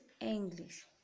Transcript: English